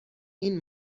این